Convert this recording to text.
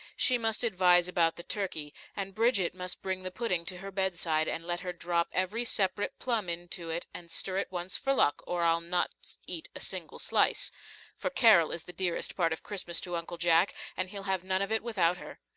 she must advise about the turkey, and bridget must bring the pudding to her bedside and let her drop every separate plum into it and stir it once for luck, or i'll not eat a single slice for carol is the dearest part of christmas to uncle jack, and he'll have none of it without her.